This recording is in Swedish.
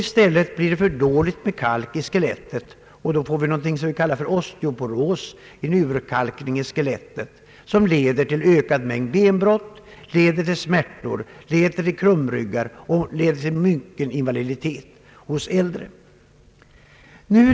I stället blir det för litet kalk i skelettet, och då får vi någonting som vi kallar för osteoporos, en urkalkning i skelettet som leder till ökad mängd benbrott, smärtor, krumryggar och stor invaliditet hos äldre.